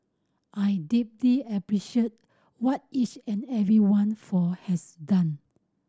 I deeply appreciate what each and every one for has done